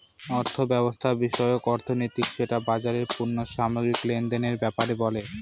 অর্থব্যবস্থা বিষয়ক যে অর্থনীতি সেটা বাজারের পণ্য সামগ্রী লেনদেনের ব্যাপারে বলে